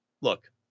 look